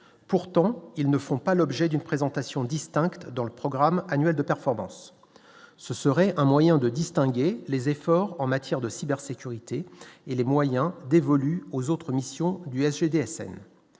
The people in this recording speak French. pourtant, ils ne font pas l'objet d'une présentation distinctes dans le programme annuel de performance, ce serait un moyen de distinguer les efforts en matière de cybersécurité et les moyens dévolus aux autres missions du SPD